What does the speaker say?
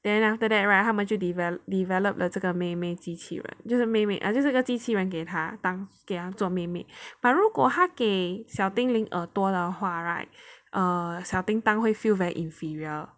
then after that right 他们就 develop develop 了这个妹妹机器人就是妹妹就是个机器人给他当做妹妹 but 如果他给小叮铃耳朵的话 right err 小叮当会 feel very inferior